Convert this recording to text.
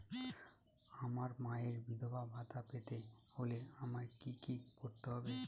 আমার মায়ের বিধবা ভাতা পেতে হলে আমায় কি কি করতে হবে?